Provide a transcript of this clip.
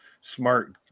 smart